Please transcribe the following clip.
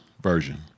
Version